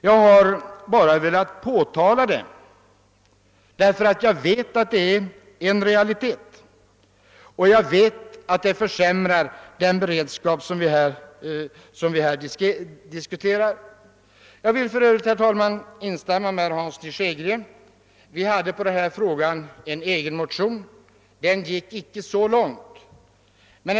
Jag har velat fästa uppmärksamheten på detta därför att jag vet att det är en realitet och därför att jag vet att det försämrar vår beredskap. Jag vill för övrigt instämma med herr Hansson i Skegrie. Vi hade en egen motion i denna fråga. Den gick icke så långt.